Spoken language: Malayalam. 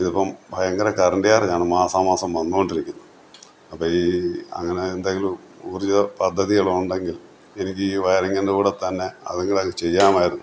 ഇതിപ്പോള് ഭയങ്കര കറണ്ട് ചാർജാണ് മാസാ മാസം വന്നുകൊണ്ടിരിക്കുന്നത് അപ്പോള് ഈ അങ്ങനെ എന്തെങ്കിലും ഊർജ്ജപദ്ധതികൾ ഉണ്ടെങ്കിൽ എനിക്ക് ഈ വയറിങ്ങിന്റെ കൂടെ തന്നെ അതും കൂടെ അങ്ങ് ചെയ്യാമായിരുന്നു